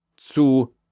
zu